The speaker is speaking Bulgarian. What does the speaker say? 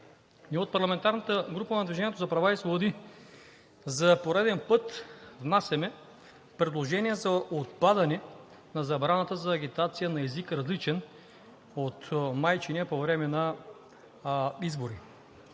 от парламентарната група на „Движението за права и свободи“ за пореден път внасяме предложение за отпадане на забраната за агитация на език, различен от майчиния, по време на избори.